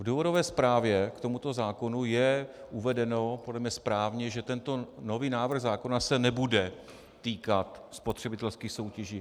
V důvodové zprávě k tomuto zákonu je uvedeno, podle mne správně, že tento nový návrh zákona se nebude týkat spotřebitelských soutěží.